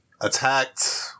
attacked